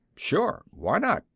sure, why not?